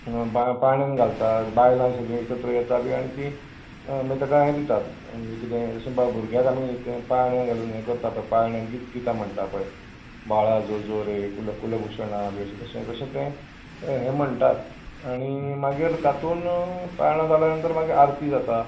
पाळण्यात घालतात बायलां सगळीं एकत्र येतात आनी ती ताका हे दितात म्हणजे कितें भुरग्याक आमी पाळण्यात घालून हे करतात पय पाळणे गितां म्हणटात पय बाळा जो जो रे कुल भुशणां अशे तें हे म्हणटात आनी मागीर तातूंत पाळणो जाले नंतर आरती जातात